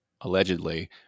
allegedly